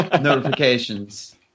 Notifications